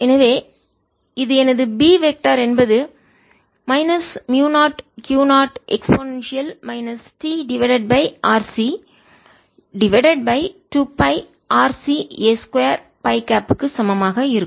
எனவே இது எனது B வெக்டர் திசையன் என்பது மைனஸ் மியூ0 Q 0 e t RC divided by 2 pi RC a 2 pi gap க்கு சமமாக இருக்கும்